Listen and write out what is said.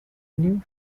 new